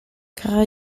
kara